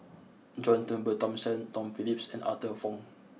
John Turnbull Thomson Tom Phillips and Arthur Fong